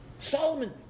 Solomon